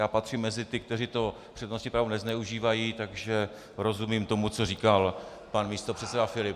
Já patřím mezi ty, kteří přednostní právo nezneužívají, takže rozumím tomu, co říkal pan místopředseda Filip.